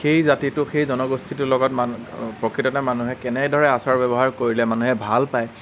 সেই জাতিটোক সেই জনগোষ্ঠীটোৰ লগত মানুহ প্ৰকৃততে মানুহে কেনেদৰে আচাৰ ব্যৱহাৰ কৰিলে মানুহে ভাল পায়